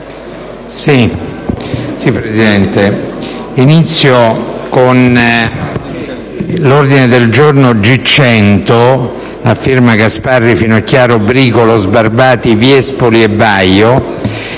Signor Presidente, inizio con l'ordine del giorno G100, a firma dei senatori Gasparri, Finocchiaro, Bricolo, Sbarbati, Viespoli e Baio,